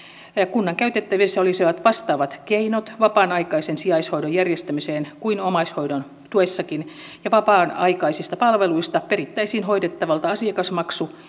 kunnan käytettävissä olisivat vastaavat keinot vapaan aikaisen sijaishoidon järjestämiseen kuin omaishoidon tuessakin ja vapaan aikaisista palveluista perittäisiin hoidettavalta asiakasmaksu